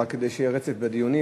רק כדי שיהיה רצף בדיונים,